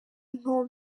nto